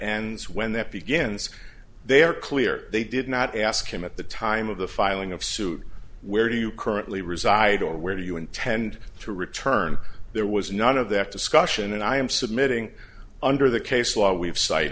and when that begins they are clear they did not ask him at the time of the filing of suit where do you currently reside or where you intend to return there was none of that discussion and i am submitting under the case law we